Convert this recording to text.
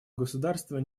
государство